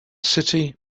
city